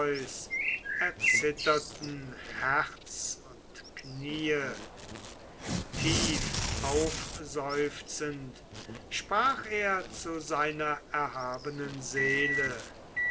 erzitterten herz und kniee tiefaufseufzend sprach er zu seiner erhabenen seele